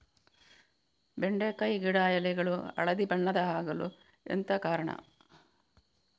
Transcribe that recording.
ಬೆಂಡೆಕಾಯಿ ಗಿಡ ಎಲೆಗಳು ಹಳದಿ ಬಣ್ಣದ ಆಗಲು ಎಂತ ಕಾರಣ?